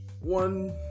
one